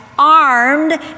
armed